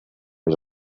was